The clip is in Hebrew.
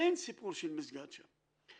אין סיפור של מסגד שם.